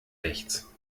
rechts